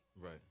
Right